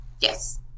Yes